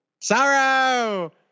Sorrow